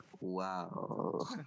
Wow